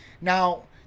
Now